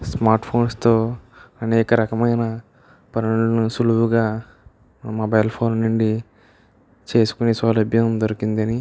smart ఫోన్స్తో అనేక రకమైన పనులను సులువుగా మొబైల్ ఫోన్ నుండి చేసుకునే సౌలభ్యం దొరికిందని